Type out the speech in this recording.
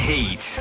Heat